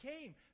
came